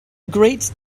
great